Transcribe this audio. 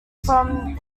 from